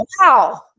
wow